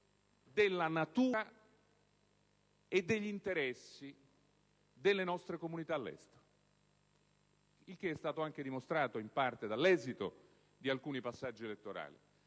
della natura e degli interessi delle nostre comunità all'estero: il che è stato anche dimostrato in parte dall'esito di alcuni passaggi elettorali.